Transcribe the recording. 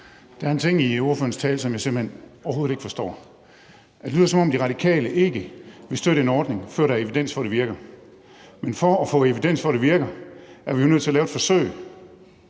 Der er en ting i ordførerens tale, som jeg simpelt hen overhovedet ikke forstår. Det lyder, som om De Radikale ikke vil støtte en ordning, før der evidens for, at det virker. Men for at få evidens for, at det virker, er vi jo nødt til at lave et forsøg,